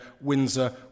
Windsor